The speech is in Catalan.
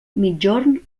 migjorn